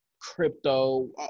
crypto